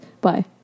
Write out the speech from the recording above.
bye